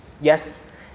Yes